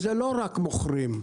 אלה לא רק מוכרים,